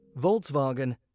Volkswagen